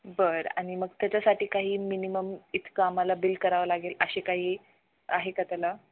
बरं आणि मग त्याच्यासाठी काही मिनिमम इतकं आम्हाला बिल करावं लागेल अशी काही आहे का त्याला